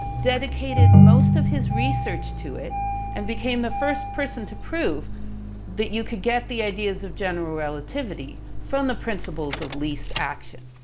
dedicated most of his research to it and became the first person to prove that you could get the ideas of general relativity from the principles of least action.